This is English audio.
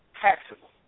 taxable